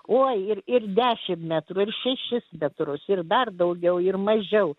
oi ir ir dešimt metrų ir šešis metrus ir dar daugiau ir mažiau